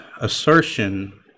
assertion